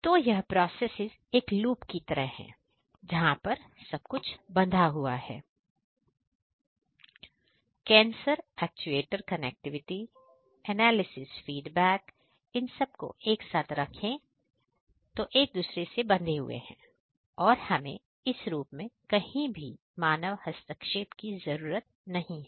तो यह प्रोसेसे एक लूप की तरह है जहां पर सब कुछ बंधा हुआ है sensor actuator connectivity analysis feedback इन सब को एक साथ रखें तो एक दूसरे से बंधे हुए हैं और हमें इस रूप में कहीं भी मानव हस्तक्षेप की जरूरत नहीं है